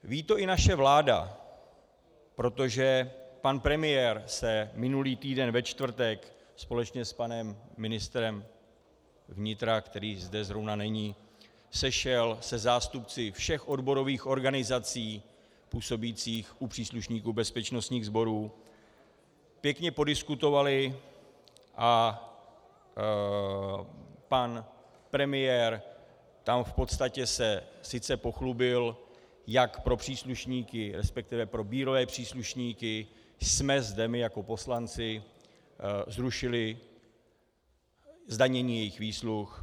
Ví to i naše vláda, protože pan premiér se minulý týden ve čtvrtek společně s panem ministrem vnitra, který zde zrovna není, sešel se zástupci všech odborových organizací působících u příslušníků bezpečnostních sborů, pěkně podiskutovali a pan premiér se tam v podstatě sice pochlubil, jak pro příslušníky, resp. pro bývalé příslušníky jsme zde my jako poslanci zrušili zdanění jejich výsluh.